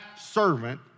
servant